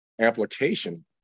application